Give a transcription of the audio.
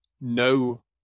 no